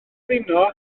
blino